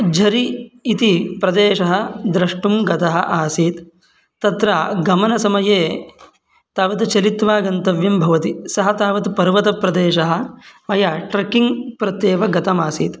झरि इति प्रदेशः द्रष्टुं गतः आसीत् तत्र गमनसमये तावत् चलित्वा गन्तव्यं भवति सः तावत् पर्वतप्रदेशः मया ट्रेक्किङ्ग् प्रत्येव गतमासीत्